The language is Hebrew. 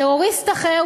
טרוריסט אחר,